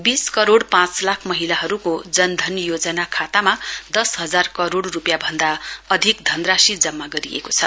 बीस करोड़ पाँच लाख महिलाहरूको जनधन खातामा दस हजार करोड़ रुपियाँ भन्दा अधिक धनराशि जम्मा गरिएको छ